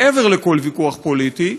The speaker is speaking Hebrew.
מעבר לכל ויכוח פוליטי,